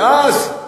ואז,